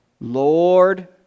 Lord